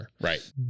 right